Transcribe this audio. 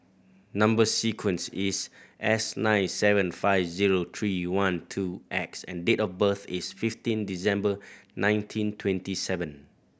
number sequence is S nine seven five zero three one two X and date of birth is fifteen December nineteen twenty seven